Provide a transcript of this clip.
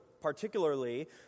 particularly